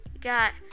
got